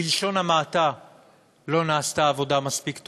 בלשון המעטה לא נעשתה עבודה מספיק טובה,